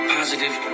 positive